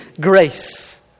grace